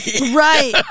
right